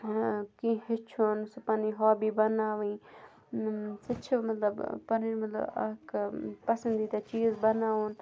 کینٛہہ ہیٚچھُن سُہ پَنٕنۍ ہابی بَناوٕنۍ سُہ چھِ مطلب پَنٕںۍ مطلب اَکھ پَسنٛدیٖدہ چیٖز بَناوُن